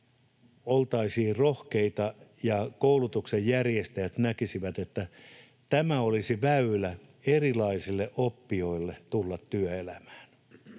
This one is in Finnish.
oltaisiin rohkeita ja koulutuksen järjestäjät näkisivät, että tämä olisi väylä erilaisille oppijoille tulla työelämään.